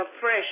fresh